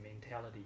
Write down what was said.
mentality